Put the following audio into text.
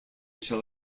shall